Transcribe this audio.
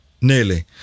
Nearly